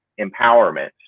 empowerment